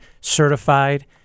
certified